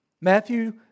Matthew